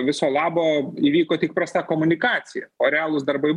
viso labo įvyko tik prasta komunikacija o realūs darbai